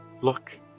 look